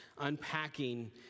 unpacking